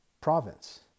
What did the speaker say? province